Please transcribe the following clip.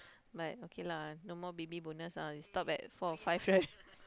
but okay lah no more baby bonus ah you stop at four or five right